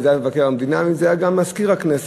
ואם זה היה מבקר המדינה ואם זה היה גם מזכיר הכנסת.